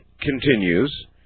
continues